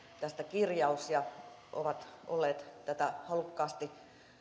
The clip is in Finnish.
tästä kirjaus ja he ovat olleet tätä halukkaasti